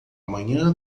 manhã